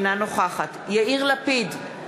אינה נוכחת יאיר לפיד,